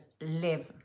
live